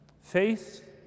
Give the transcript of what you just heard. Faith